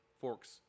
forks